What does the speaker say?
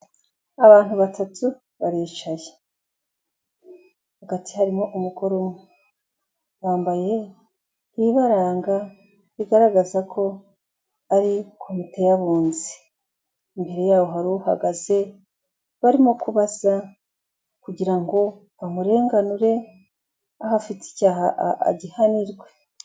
Abantu batatu baricaye hagati harimo umugore umwe, bambaye ibibaranga bigaragaza ko ari komite y'abunzi, imbere yabo hari uhagaze barimo kubasa kugira ngo bamurenganure, aho afite icyaha agihanirwe.